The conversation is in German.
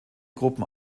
gruppen